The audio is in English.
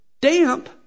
damp